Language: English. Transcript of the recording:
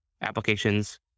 applications